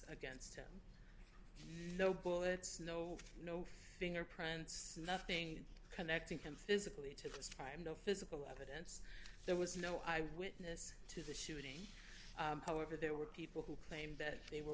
against him no bullets no no fingerprints nothing connecting him physically took this crime no physical other there was no eyewitness to the shooting however there were people who claimed that they were